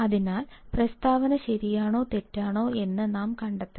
അതിനാൽ പ്രസ്താവന ശരിയാണോ തെറ്റാണോ എന്ന് നാം കണ്ടെത്തണം